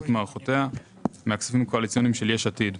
ומערכותיה מהכספים הקואליציוניים של יש עתיד.